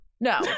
No